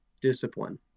discipline